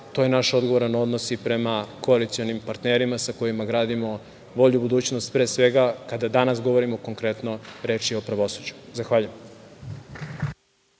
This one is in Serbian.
to je naš odgovoran odnos i prema koalicionim partnerima sa kojima gradimo bolju budućnost pre svega, a kada danas govorimo konkretno, reč je o pravosuđu. Zahvaljujem.